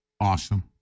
Awesome